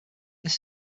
this